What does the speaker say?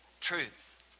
truth